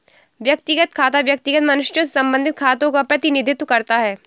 व्यक्तिगत खाता व्यक्तिगत मनुष्यों से संबंधित खातों का प्रतिनिधित्व करता है